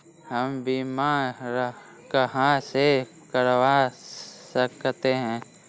हम बीमा कहां से करवा सकते हैं?